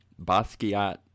Basquiat